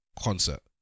Concert